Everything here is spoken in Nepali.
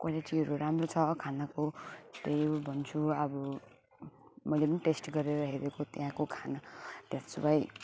क्वालिटीहरू राम्रो छ खानाको त्यही भन्छु अब मैले टेस्ट गरेर हेरेको त्यहाँको खाना द्याट्स वाइ